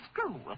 school